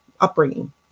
upbringing